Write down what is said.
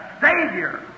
Savior